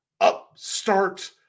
upstart